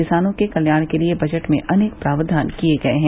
किसानों के कल्याण के लिए बजट में अनेक प्रावधान किये गये हैं